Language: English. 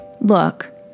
Look